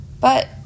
but